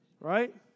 Right